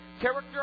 character